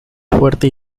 fuerte